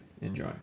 Enjoy